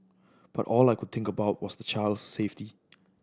but all I could think about was the child's safety